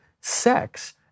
sex